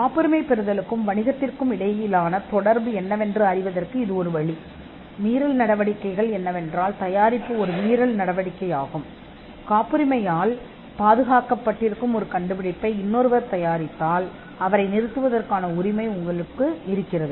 காப்புரிமைக்கும் வணிகத்திற்கும் இடையிலான தொடர்பு என்னவென்றால் மீறல் செயல்கள் மீறல் செயலாக தயாரிக்கப்படுகின்றன என்பதை அறிய இது ஒரு வழியாகும் காப்புரிமையால் மூடப்பட்ட ஒரு கண்டுபிடிப்பை வேறு யாராவது தயாரித்தால் அந்த நபரைத் தடுக்க உங்களுக்கு உரிமை உண்டு